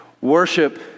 Worship